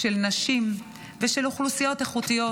של נשים ושל אוכלוסיות איכותיות